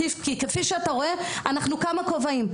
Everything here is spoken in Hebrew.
כפי שאתה רואה, אנחנו כמה כובעים.